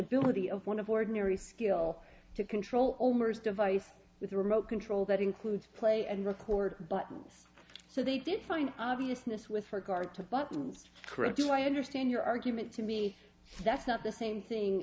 ability of one of ordinary skill to control device with a remote control that includes play and record buttons so they did find obviousness with regard to buttons correct do i understand your argument to me that's not the same thing